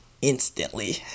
Instantly